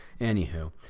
Anywho